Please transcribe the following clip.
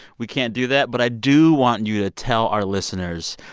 we can't do that. but i do want you to tell our listeners,